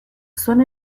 son